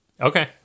Okay